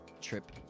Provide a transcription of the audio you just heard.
trip